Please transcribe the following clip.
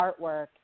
artwork